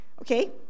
Okay